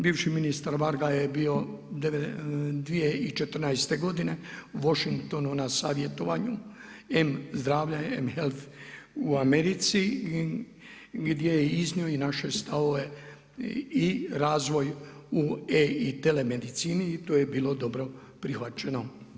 Bivši ministar Varga je bio 2014. godine u Washingtonu na savjetovanju M zdravlja, M health u Americi gdje je iznio i naše stavove i razvoj u e i tele medicini i to je bilo dobro prihvaćeno.